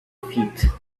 feet